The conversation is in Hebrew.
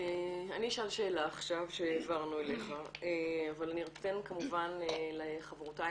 אני אשאל שאלה עכשיו שהעברנו אליך אבל אתן כמובן לחברותיי